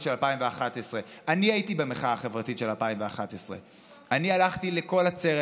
של 2011. אני הייתי במחאה החברתית של 2011. אני הלכתי לכל עצרת